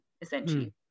essentially